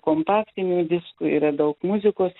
kompaktinių diskų yra daug muzikos